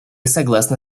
согласна